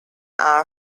eye